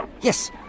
Yes